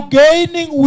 gaining